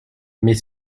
mais